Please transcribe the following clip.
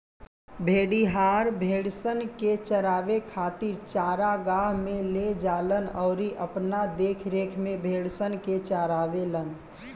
भेड़िहार, भेड़सन के चरावे खातिर चरागाह में ले जालन अउरी अपना देखरेख में भेड़सन के चारावेलन